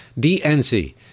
DNC